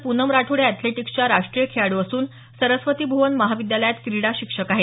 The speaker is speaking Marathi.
पूनम राठोड ह्या एथलेटिक्सच्या राष्ट्रीय खेळाडू असून सरस्वती भुवन महाविद्यालयात क्रीडा शिक्षक आहेत